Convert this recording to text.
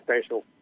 special